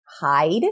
hide